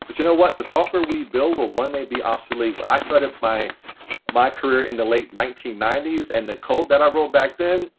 you know what? the software we build will one day be obsolete. i started my my career in the late nineteen ninety s, and the code that i wrote back then,